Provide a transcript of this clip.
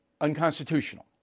Unconstitutional